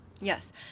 Yes